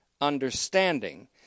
understanding